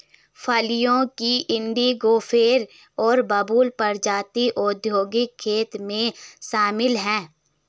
फलियों की इंडिगोफेरा और बबूल प्रजातियां औद्योगिक खेती में शामिल हैं